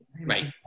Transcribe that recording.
Right